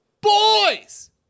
Boys